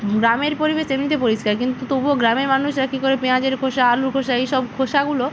গ্রামের পরিবেশ এমনিতে পরিষ্কার কিন্তু তবুও গ্রামের মানুষরা কী করে পেঁয়াজের খোসা আলুর খোসা এইসব খোসাগুলো